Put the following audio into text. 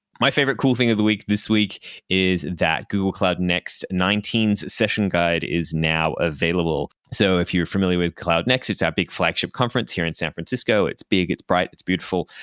my favorite cool thing of the week this week is that google cloud next nineteen s session guide is now available. so if you're familiar with cloud next, it's our big flagship conference here in san francisco. it's big. it's bright. it's beautiful.